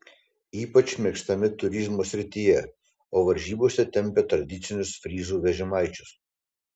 ypač mėgstami turizmo srityje o varžybose tempia tradicinius fryzų vežimaičius